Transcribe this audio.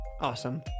Awesome